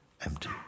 empty